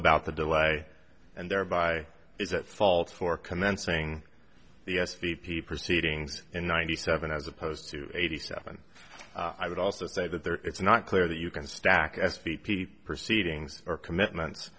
about the delay and thereby is at fault for commencing the s p p proceedings in ninety seven as opposed to eighty seven i would also say that there it's not clear that you can stack s p p proceedings or commitment